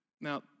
Now